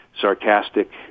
sarcastic